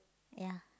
ya